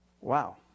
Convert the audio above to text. Wow